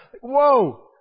Whoa